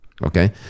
Okay